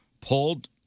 pulled